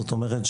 זאת אומרת,